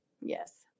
Yes